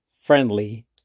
friendly